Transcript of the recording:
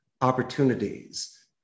opportunities